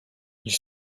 ils